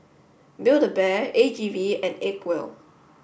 build A Bear A G V and Acwell